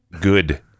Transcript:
good